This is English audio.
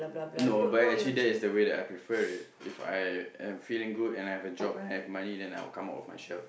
no but actually that is the way I prefer If I am feeling good and I have a job and money then I will come out with my shop